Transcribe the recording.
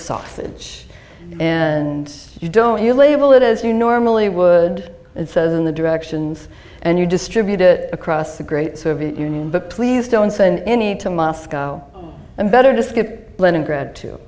sausage and you don't you label it as you normally would it says in the directions and you distribute it across the great soviet union but please don't send any to moscow and better just get leningrad to